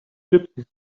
gypsies